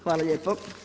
Hvala lijepo.